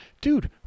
dude